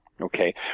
okay